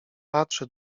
patrzy